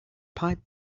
pipe